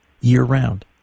year-round